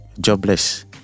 jobless